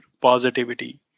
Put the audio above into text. positivity